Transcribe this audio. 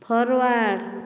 forward